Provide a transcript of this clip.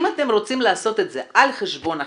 אם אתם רוצים לעשות את זה על חשבון החזקים,